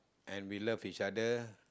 and we love each other